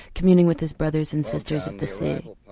communing with his brothers and sisters of the sea.